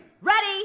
Ready